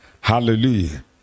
hallelujah